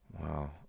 Wow